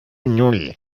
null